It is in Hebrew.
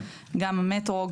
גם המטרו,